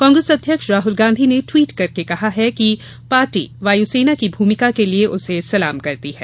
कांग्रेस अध्यक्ष राहुल गांधी ने ट्वीट करके कहा कि पार्टी वायुसेना की भूमिका के लिये उसे सलाम करती है